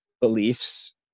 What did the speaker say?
beliefs